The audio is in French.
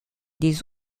des